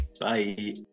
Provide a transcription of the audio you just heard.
Bye